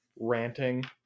ranting